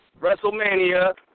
WrestleMania